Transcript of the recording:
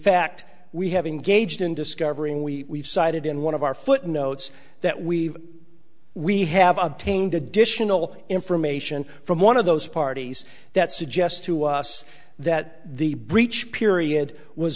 fact we have engaged in discovering we decided in one of our footnotes that we've we have obtained additional information from one of those parties that suggests to us that the breach period was